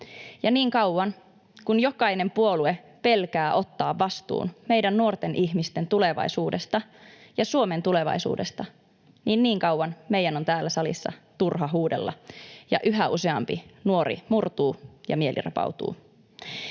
Ja niin kauan kuin jokainen puolue pelkää ottaa vastuun meidän nuorten ihmisten tulevaisuudesta ja Suomen tulevaisuudesta, niin kauan meidän on täällä salissa turha huudella ja yhä useampi nuori murtuu ja mieli rapautuu.